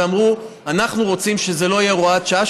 ואמרו: אנחנו רוצים שזה לא יהיה הוראת שעה,